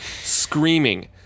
screaming